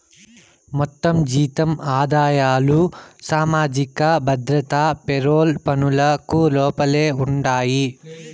మొత్తం జీతం ఆదాయాలు సామాజిక భద్రత పెరోల్ పనులకు లోపలే ఉండాయి